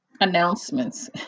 announcements